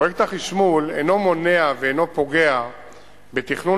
פרויקט החשמול אינו מונע ואינו פוגע בתכנון